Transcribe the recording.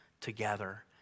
together